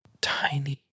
tiny